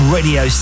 Radio